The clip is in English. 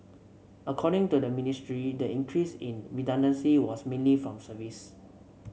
according to the Ministry the increase in redundancy was mainly from service